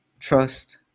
Trust